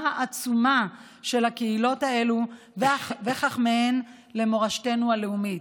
העצומה של הקהילות האלה וחכמיהן למורשתנו הלאומית.